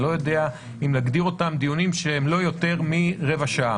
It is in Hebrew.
אני לא יודע אם נגדיר אותם דיונים שהם לא יותר מרבע שעה